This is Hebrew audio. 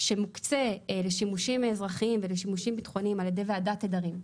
שמוקצה לשימושים אזרחיים ולשימושים ביטחוניים על ידי ועדת תדרים,